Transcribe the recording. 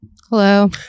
Hello